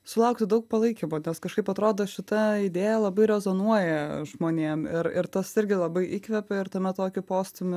sulaukti daug palaikymo nes kažkaip atrodo šita idėja labai rezonuoja žmonėm ir ir tas irgi labai įkvepia ir tame tokį postūmį